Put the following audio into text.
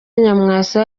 nyamwasa